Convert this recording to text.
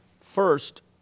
First